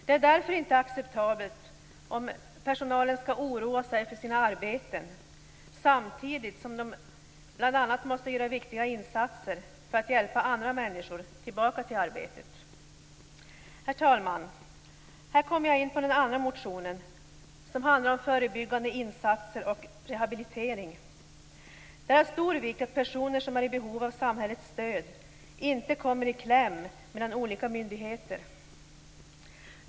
Det är därför inte acceptabelt om personalen skall oroa sig för sina arbeten samtidigt som den bl.a. måste göra viktiga insatser för att hjälpa andra människor tillbaka till arbetet. Herr talman! Här kommer jag in på den andra motionen, som handlar om förebyggande insatser och rehabilitering. Det är av stor vikt att personer som är i behov av samhällets stöd inte kommer i kläm mellan olika myndigheter.